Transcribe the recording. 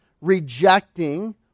rejecting